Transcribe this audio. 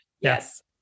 yes